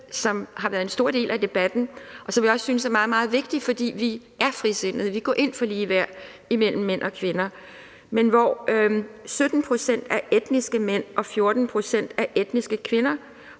som har været en stor del af debatten, og som jeg også synes er noget meget, meget vigtigt, for vi er frisindede, vi går ind for ligeværd mellem mænd og kvinder. 17 pct. af etniske mænd og 14 pct. af etniske kvinder,